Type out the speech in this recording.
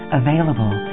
available